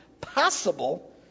possible